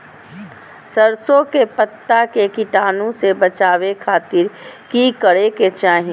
सरसों के पत्ता के कीटाणु से बचावे खातिर की करे के चाही?